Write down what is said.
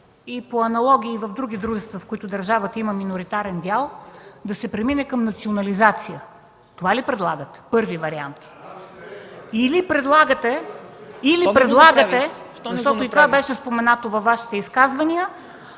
по аналогия и в други дружества, в които държавата има миноритарен дял, да се премине към национализация. Това ли предлагате като първи вариант?! (Шум и реплики от КБ.) Или предлагате, защото и това беше споменато във Вашите изказвания,